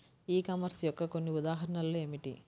ఈ కామర్స్ యొక్క కొన్ని ఉదాహరణలు ఏమిటి?